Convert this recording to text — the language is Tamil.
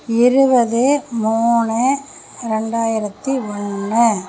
இருபது மூணு ரெண்டாயிரத்தி ஒன்று